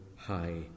high